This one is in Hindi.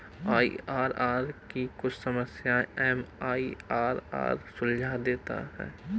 आई.आर.आर की कुछ समस्याएं एम.आई.आर.आर सुलझा देता है